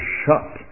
shut